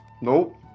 nope